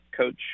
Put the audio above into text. coach